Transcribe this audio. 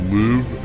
live